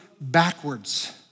backwards